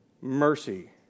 mercy